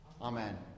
Amen